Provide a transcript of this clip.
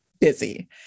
busy